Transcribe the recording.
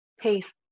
taste